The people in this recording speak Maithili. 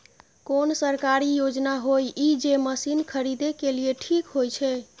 कोन सरकारी योजना होय इ जे मसीन खरीदे के लिए ठीक होय छै?